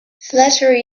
flattery